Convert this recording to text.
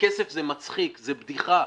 בכסף זה מצחיק, זה בדיחה.